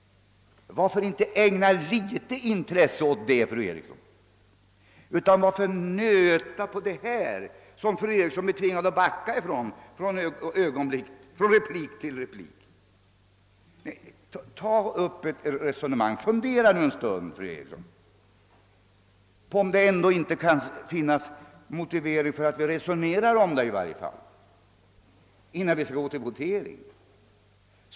Varför inte ägna litet intresse även åt den, fru Eriksson? Varför bara nöta på andra saker, som fru Eriksson är tvungen att backa ifrån och retirera från, under replik på replik? Fundera i stället, fru Eriksson, på om det i varje fall inte kan vara motiverat att vi resonerar ett tag innan vi skall gå till votering!